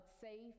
safe